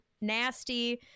nasty